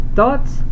Thoughts